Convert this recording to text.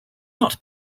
not